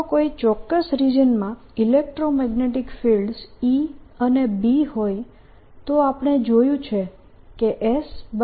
તો જો કોઈ ચોક્ક્સ રિજનમાં ઇલેક્ટ્રોમેગ્નેટીક ફિલ્ડ્સ E અને B હોય તો આપણે જોયું છે કે S10EB છે